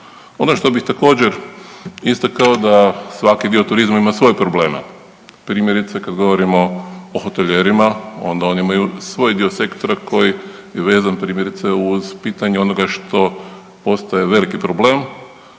Ono što bih također istakao da svaki dio turizma ima svoje probleme. Primjerice kad govorimo o hotelijerima onda oni imaju svoj dio sektora koji je vezan primjerice uz pitanje onoga što postaje veliki problem,